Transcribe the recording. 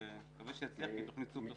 ואני מקווה שזה יצליח כי היא תוכנית --- אני